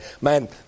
Man